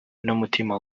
n’umutima